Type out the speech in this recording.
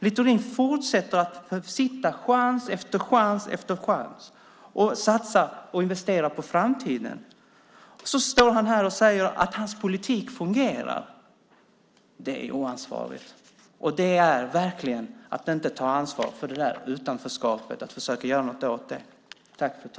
Littorin fortsätter att försitta chans efter chans att satsa och investera på framtiden. Så står han här och säger att hans politik fungerar. Det är oansvarigt. Det är verkligen att inte ta ansvar för utanförskapet och försöka göra något åt det.